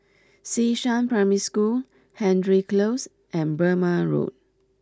Xishan Primary School Hendry Close and Burmah Road